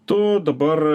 tu dabar